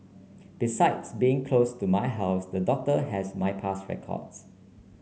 besides being close to my house the doctor has my past records